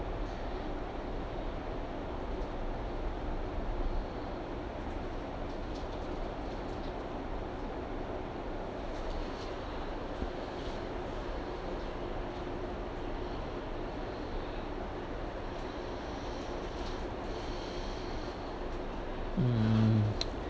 mm